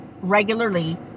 regularly